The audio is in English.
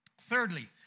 Thirdly